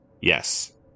Yes